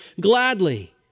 gladly